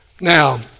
Now